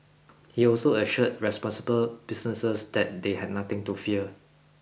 he also assured responsible businesses that they had nothing to fear